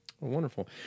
Wonderful